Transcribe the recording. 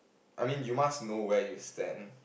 I mean you must know where you stand